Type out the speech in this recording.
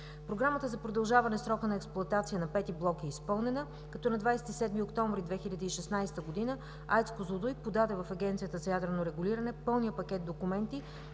Програмата за продължаване срока на експлоатация на V-ти блок е изпълнена като на 27 октомври 2016 г., АЕЦ Козлодуй подаде в Агенцията за ядрено регулиране пълния пакет документи